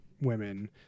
women